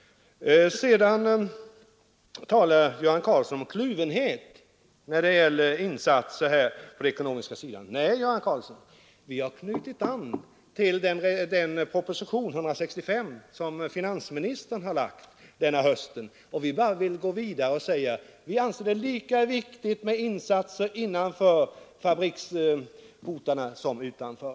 Göran Karlsson talar om kluvenhet när det gäller insatser på den ekonomiska sidan. Nej, Göran Karlsson, vi har knutit an till propositionen 165, som finansministern framlagt denna höst, och vi vill bara gå vidare och säga: Vi anser det lika viktigt med insatser innanför fabriksportarna som utanför.